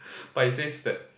but he says that